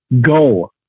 Go